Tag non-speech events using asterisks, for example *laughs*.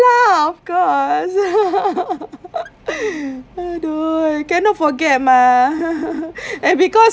lah of course *laughs* !aduh! cannot forget mah *laughs* and because